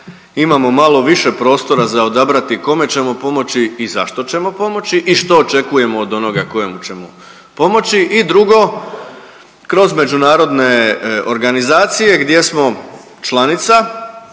imamo malo više prostora za odabrati kome ćemo pomoći i zašto ćemo pomoći i što očekujemo od onoga kojem ćemo pomoći i drugo, kroz međunarodne organizacije gdje smo članica,